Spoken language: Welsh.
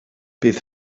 bydd